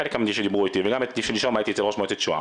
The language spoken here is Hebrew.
חלק דיברו איתי וגם שלשום הייתי אצל ראש מועצת שוהם